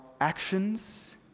actions